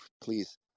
please